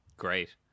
Great